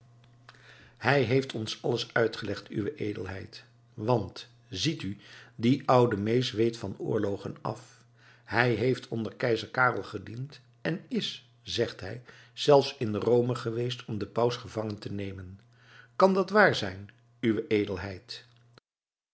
hij heeft ons alles uitgelegd uwe edelheid want ziet u die oude mees weet van oorlogen af hij heeft onder keizer karel gediend en is zegt hij zelfs in rome geweest om den paus gevangen te nemen kan dat waar zijn uwe edelheid